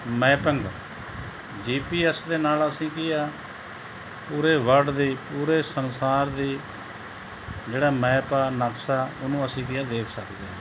mapping G P S ਦੇ ਨਾਲ ਅਸੀਂ ਕੀ ਹੈ ਪੂਰੇ ਵਰਲਡ ਦੀ ਪੂਰੇ ਸੰਸਾਰ ਦੀ ਜਿਹੜਾ ਮੈਪ ਆ ਨਕਸ਼ਾ ਉਹਨੂੰ ਕੀ ਹੈ ਦੇਖ ਸਕਦੇ ਹਾਂ